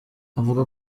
avuga